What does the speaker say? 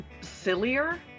sillier